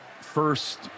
first